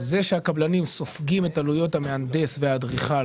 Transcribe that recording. זה שהקבלנים סופגים את עלויות המהנדס והאדריכל